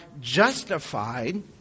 justified